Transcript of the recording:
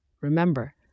Remember